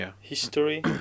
history